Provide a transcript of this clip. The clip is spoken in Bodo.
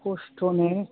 खस्थ'नो